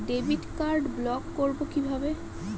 Debit card block করব কিভাবে?